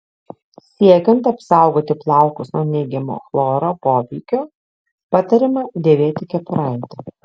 siekiant apsaugoti plaukus nuo neigiamo chloro poveikio patariama dėvėti kepuraitę